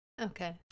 Okay